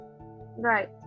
right